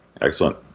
Excellent